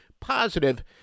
positive